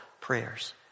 prayers